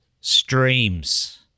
streams